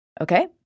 Okay